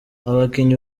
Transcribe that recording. abakinnyi